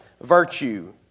Virtue